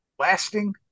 lasting